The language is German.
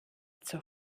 zur